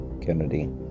Kennedy